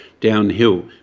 downhill